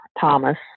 Thomas